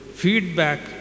feedback